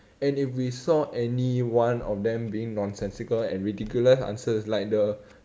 and if we saw any one of them being nonsensical and ridiculous answers like the